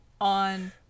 on